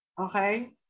Okay